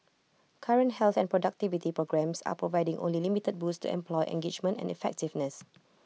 current health and productivity programmes are providing only limited boosts and employment engagement and effectiveness